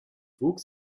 wuchs